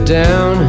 down